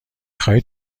خواهید